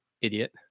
Idiot